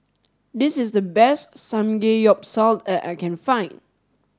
this is the best Samgeyopsal that I can find